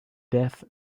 death